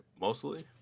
mostly